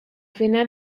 final